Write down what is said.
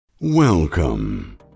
Welcome